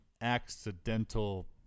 accidental